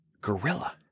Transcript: gorilla